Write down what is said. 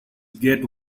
gate